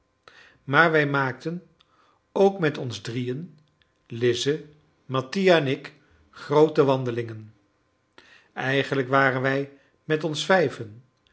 maar wij maakten ook met ons drieën lize mattia en ik groote wandelingen eigenlijk waren wij met ons vijven